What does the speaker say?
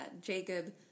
Jacob